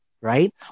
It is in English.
right